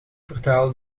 vertaalde